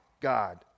God